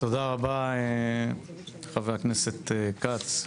תודה רבה לחבר הכנסת כץ,